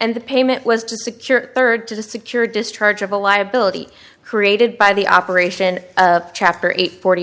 and the payment was to secure third to secure discharge of a liability created by the operation of chapter eight forty